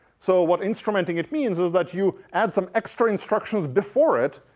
so what instrumenting it means is that you add some extra instructions before it,